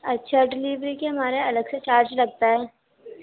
اچھا ڈلیوری کے لیے ہمارے یہاں الگ سے چارج لگتا ہے